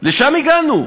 לשם הגענו?